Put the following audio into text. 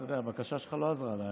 אתה יודע, הבקשה שלך לא עזרה.